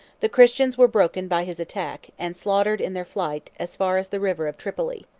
the christians were broken by his attack, and slaughtered in their flight, as far as the river of tripoli.